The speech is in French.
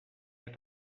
est